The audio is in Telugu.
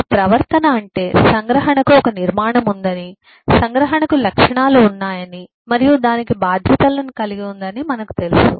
మరియు ప్రవర్తన అంటే సంగ్రహణకు ఒక నిర్మాణం ఉందని సంగ్రహణకు లక్షణాలు ఉన్నాయని మరియు దానికి బాధ్యతలను కలిగి ఉందని మనకు తెలుసు